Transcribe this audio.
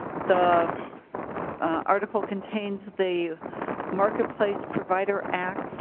the article contains the marketplace provider act